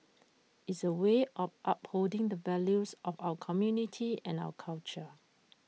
is A way of upholding the values of our community and our culture